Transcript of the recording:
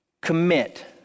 commit